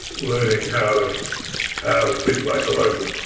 learning how to how to speak like a local.